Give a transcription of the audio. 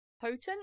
potent